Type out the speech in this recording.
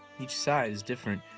each side is different,